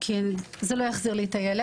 כי זה לא יחזיר לי את הילד,